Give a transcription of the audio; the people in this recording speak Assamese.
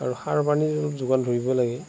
আৰু সাৰ পানীৰ অলপ যোগান ধৰিবই লাগে